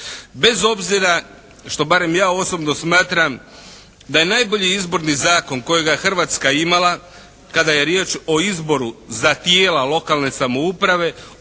bez obzira što barem ja osobno smatram da je najbolji izborni zakon kojega je Hrvatska imala kada je riječ o izboru za tijela lokalne samouprave onaj